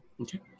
Okay